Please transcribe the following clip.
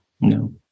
no